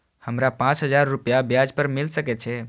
हमरा पाँच हजार रुपया ब्याज पर मिल सके छे?